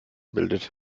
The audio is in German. bildet